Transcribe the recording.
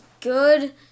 good